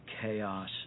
chaos